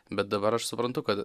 bet dabar aš suprantu kad